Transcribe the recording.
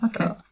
Okay